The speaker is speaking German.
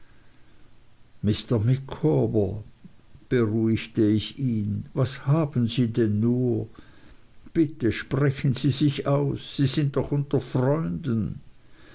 micawber beruhigte ich ihn was haben sie denn nur bitte sprechen sie sich aus sie sind doch unter freunden